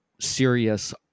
serious